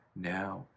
now